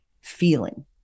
feeling